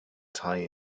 tie